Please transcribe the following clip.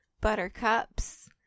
buttercups